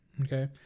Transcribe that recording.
okay